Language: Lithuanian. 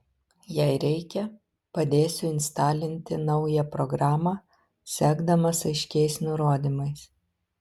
jei reikia padėsiu instalinti naują programą sekdamas aiškiais nurodymais